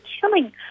Killing